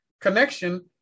connection